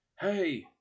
Hey